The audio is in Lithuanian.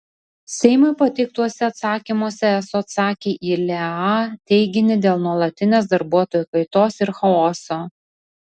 seimui pateiktuose atsakymuose eso atsakė į leea teiginį dėl nuolatinės darbuotojų kaitos ir chaoso